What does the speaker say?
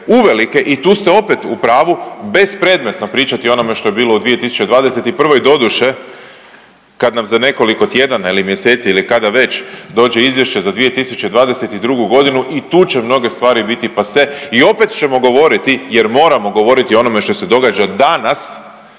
uvelike i tu ste opet u pravu bespredmetno pričati o onome što je bilo u 2021., doduše kad nam za nekoliko tjedana ili mjeseci ili kada već dođe izvješće za 2022.g. i tu će mnoge stvari biti pase i opet ćemo govoriti jer moramo govoriti o onome što se događa danas